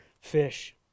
fish